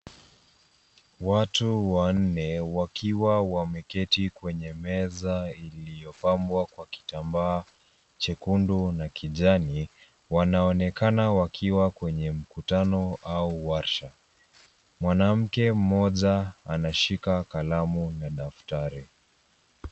Watu wanne wakiwa wameketi kwenye meza iiyopambwa kwa kitambaa chekundu na kijani wanaonekana wakiwa kwenye mkutano au warsha. Mwanamke mmoja anashika kalamu na daftari.